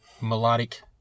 melodic